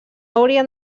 haurien